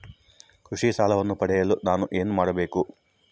ಕೃಷಿ ಸಾಲವನ್ನು ಪಡೆಯಲು ನಾನು ಏನು ಮಾಡಬೇಕು?